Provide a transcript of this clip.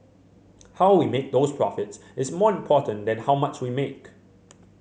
how we make those profits is more important than how much we make